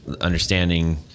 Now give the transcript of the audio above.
understanding